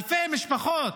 אלפי משפחות,